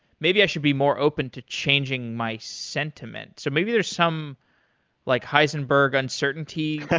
maybe i should be more open to changing my sentiment. so maybe there's some like heisenberg uncertainty,